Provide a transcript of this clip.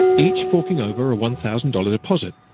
each forking over a one thousand dollars deposit,